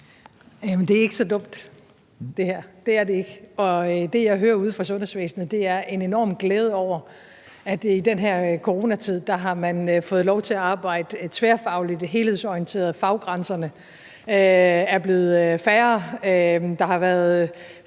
her er ikke så dumt – det er det ikke. Og det, jeg hører ude fra sundhedsvæsenet, er en enorm glæde over, at man i den her coronatid har fået lov til at arbejde tværfagligt, helhedsorienteret; faggrænserne er blevet færre, og der har været